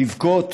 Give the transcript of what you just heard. לבכות?